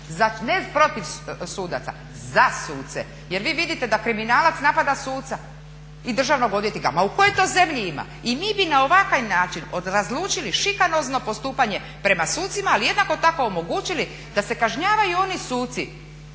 ne protiv sudaca, za suce jer vi vidite da kriminalac napada suca i državnog odvjetnika. A u kojoj to zemlji ima? I mi bi na ovakav način razlučili šikanozno postupanje prema sucima, ali jednako tako omogućili da se kažnjavaju oni suci